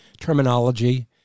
terminology